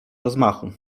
rozmachu